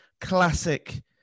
classic